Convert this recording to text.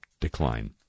decline